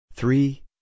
Three